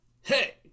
Hey